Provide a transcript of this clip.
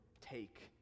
take